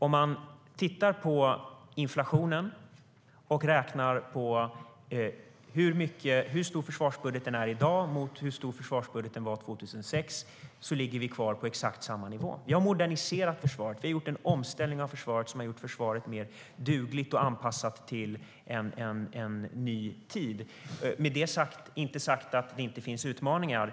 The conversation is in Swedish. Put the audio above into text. Om man tittar på inflationen och räknar på hur stor försvarsbudgeten är i dag mot hur stor den var 2006 ser man att vi ligger kvar på exakt samma nivå. Vi har moderniserat och gjort en omställning av försvaret som har gjort det mer dugligt och anpassat till en ny tid. Därmed är det inte sagt att det inte finns utmaningar.